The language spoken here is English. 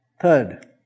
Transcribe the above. Third